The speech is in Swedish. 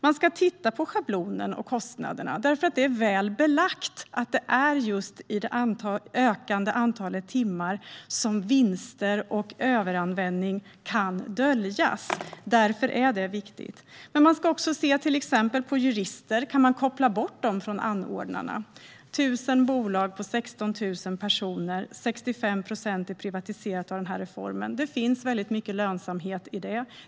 Den ska också titta på schablonen och kostnaderna; det är väl belagt att det är just i det ökande antalet timmar som vinster och överanvändning kan döljas, och därför är det viktigt. Men man ska även se på om man till exempel kan koppla bort juristerna från anordnarna. Det är 1 000 bolag på 16 000 personer, och 65 procent är privatiserat genom den här reformen. Det finns väldigt mycket lönsamhet i det.